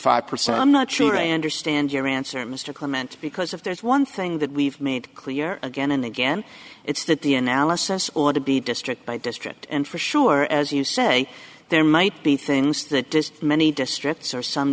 five percent i'm not sure i understand your answer mr comment because if there's one thing that we've made clear again and again it's that the analysis ought to be district by district and for sure as you say there might be things that many districts or some